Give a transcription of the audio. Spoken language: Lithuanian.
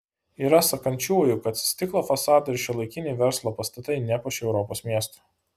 yra sakančiųjų kad stiklo fasadai ir šiuolaikiniai verslo pastatai nepuošia europos miestų